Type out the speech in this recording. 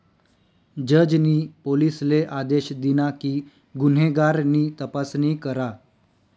जज नी पोलिसले आदेश दिना कि गुन्हेगार नी तपासणी करा